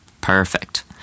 Perfect